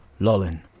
Lolin